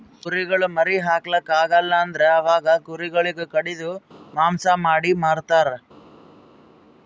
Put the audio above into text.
ಕುರಿಗೊಳ್ ಮರಿ ಹಾಕ್ಲಾಕ್ ಆಗಲ್ ಅಂದುರ್ ಅವಾಗ ಕುರಿ ಗೊಳಿಗ್ ಕಡಿದು ಮಾಂಸ ಮಾಡಿ ಮಾರ್ತರ್